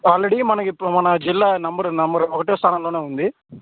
already మన ఇప్ మన జిల్లా నెంబరు నెంబరు ఒకటవ స్థానంలో ఉంది